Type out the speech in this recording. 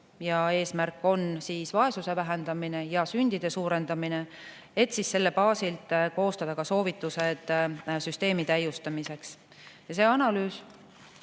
– eesmärk on vaesuse vähendamine ja sündide suurendamine –, et selle baasil koostada soovitused süsteemi täiustamiseks. Ja see analüüs,